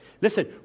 Listen